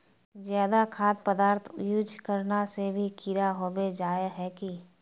ज्यादा खाद पदार्थ यूज करना से भी कीड़ा होबे जाए है की?